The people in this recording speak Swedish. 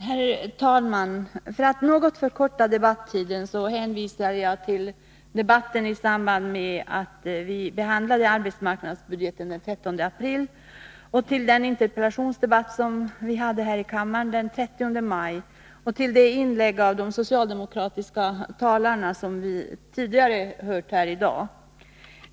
Herr talman! För att något förkorta debattiden hänvisar jag till debatten i samband med att vi behandlade arbetsmarknadsbudgeten den 13 april, till deniinterpellationsdebatt vi hade här i kammaren den 30 maj och till de inlägg av de socialdemokratiska talarna som vi tidigare i dag har hört.